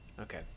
Okay